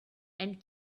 and